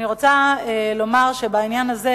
אני רוצה לומר שבעניין הזה,